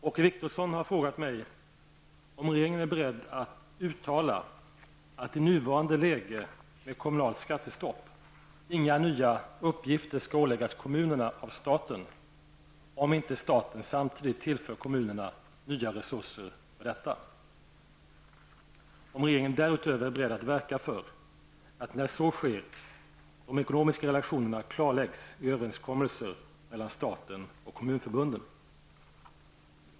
Åke Wictorsson har frågat mig 1. om regeringen är beredd att uttala att i nuvarande läge med kommunalt skattestopp inga nya uppgifter skall åläggas kommunerna av staten om inte staten samtidigt tillför kommunerna nya resurser för detta, och 2. om regeringen därutöver är beredd att verka för att när så sker de ekonomiska relationerna klarläggs i överenskommelser mellan staten och kommunförbunden.